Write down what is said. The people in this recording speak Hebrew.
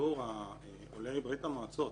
הציבור עולי ברית-המועצות,